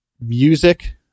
music